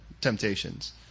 temptations